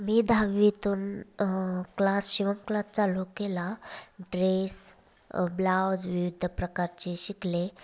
मी दहावीतून क्लास शिवण क्लास चालू केला ड्रेस ब्लाउज विविध प्रकारचे शिकले